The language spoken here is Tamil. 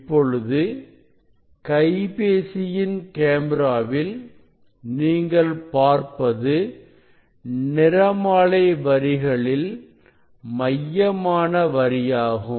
இப்பொழுது கைபேசியின் கேமிராவில் நீங்கள் பார்ப்பது நிறமாலை வரிகளில் மையமான வரியாகும்